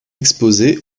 exposée